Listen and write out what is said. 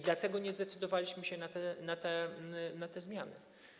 Dlatego nie zdecydowaliśmy się na te zmiany.